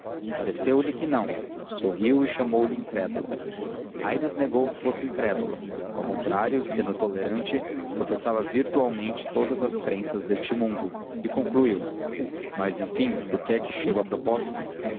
cabocla pareceu-lhe que não sorriu e chamou-lhe incrédulo aires negou que fosse incrédulo ao contrário sendo tolerante professava virtualmente todas as crenças deste mundo e concluiu mas enfim por que é que chego a propósito